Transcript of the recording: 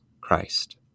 Christ